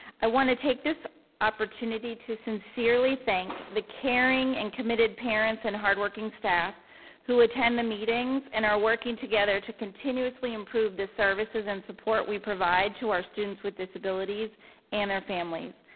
i want to take this opportunity to sincerely thank the caring and committed parents and hard-working staff who attend the meetings and are working together to continuously improve the services and support we provide to our students with disabilities and their families.